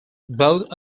both